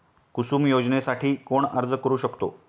कुसुम योजनेसाठी कोण अर्ज करू शकतो?